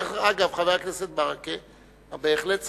חבר הכנסת ברכה, דרך אגב, אני בהחלט שמח,